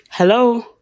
Hello